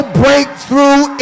breakthrough